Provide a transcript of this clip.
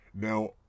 Now